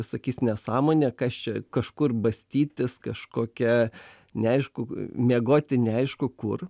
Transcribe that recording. sakys nesąmonė kas čia kažkur bastytis kažkokia neaišku miegoti neaišku kur